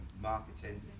marketing